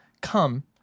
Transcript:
come